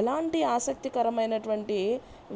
ఎలాంటి ఆసక్తికరమైనటువంటి